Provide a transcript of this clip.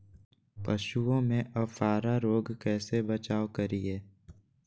पशुओं में अफारा रोग से कैसे बचाव करिये?